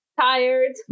tired